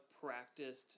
practiced